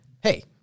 hey